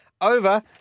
over